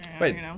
Wait